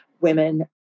women